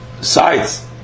sites